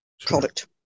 product